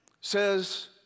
says